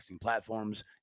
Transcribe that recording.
platforms